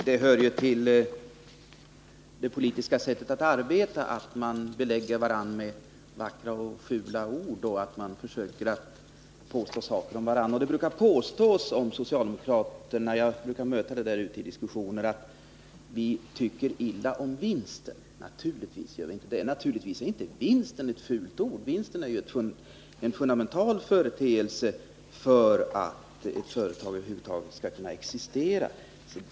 Fru talman! Det hör till det politiska sättet att arbeta att man angriper varandra med vackra eller fula ord och att man försöker påstå saker och ting om varandra. Något som jag brukar möta i olika diskussioner är att det påstås om oss socialdemokrater att vi tycker illa om att företagen gör vinster. Naturligtvis gör vi inte det. Vinst är givetvis inte något fult ord. Vinst är ju fundamentalt för att ett företag över huvud taget skall kunna existera.